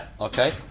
Okay